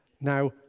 Now